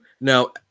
now